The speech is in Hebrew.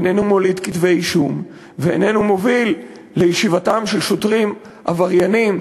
אינו מוליד כתבי-אישום ואינו מוביל לישיבת שוטרים עבריינים,